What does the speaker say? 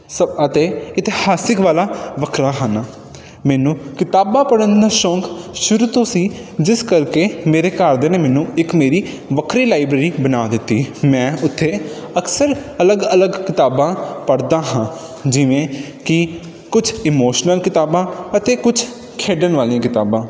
ਸ ਅਤੇ ਇਤਿਹਾਸਿਕ ਵਾਲਾ ਵੱਖਰਾ ਹਨ ਮੈਨੂੰ ਕਿਤਾਬਾਂ ਪੜ੍ਹਨ ਦਾ ਸੌਂਕ ਸ਼ੁਰੂ ਤੋਂ ਸੀ ਜਿਸ ਕਰਕੇ ਮੇਰੇ ਘਰਦਿਆਂ ਨੇ ਮੈਨੂੰ ਇੱਕ ਮੇਰੀ ਵੱਖਰੀ ਲਾਈਬ੍ਰੇਰੀ ਬਣਾ ਦਿੱਤੀ ਮੈਂ ਉੱਥੇ ਅਕਸਰ ਅਲਗ ਅਲਗ ਕਿਤਾਬਾਂ ਪੜ੍ਹਦਾ ਹਾਂ ਜਿਵੇਂ ਕਿ ਕੁਝ ਇਮੋਸ਼ਨਲ ਕਿਤਾਬਾਂ ਅਤੇ ਕੁਝ ਖੇਡਣ ਵਾਲੀਆਂ ਕਿਤਾਬਾਂ